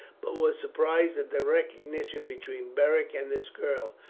but was surprised at the recognition between beric and this girl,